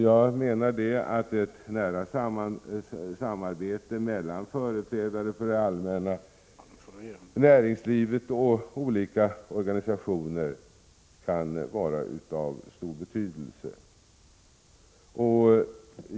Jag menar att ett nära samarbete mellan företrädare för det allmänna, näringslivet och olika organisationer kan vara av stor betydelse.